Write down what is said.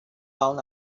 found